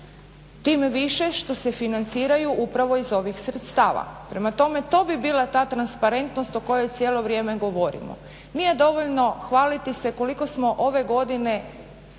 Tim više što se financiraju upravo iz ovih sredstava. Prema tome to bi bila ta transparentnost o kojoj cijelo vrijeme govorimo. Nije dovoljno hvaliti se koliko smo ove godine